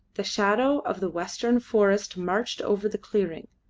the shadow of the western forest marched over the clearing,